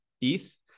ETH